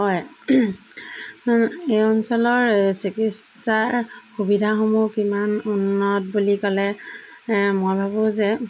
হয় এই অঞ্চলৰ চিকিৎসাৰ সুবিধাসমূহ কিমান উন্নত বুলি ক'লে মই ভাবোঁ যে